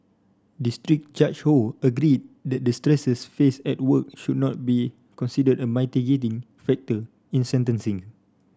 district Judge Ho agreed that the stresses faced at work should not be considered a mitigating factor in sentencing